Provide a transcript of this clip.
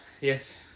Yes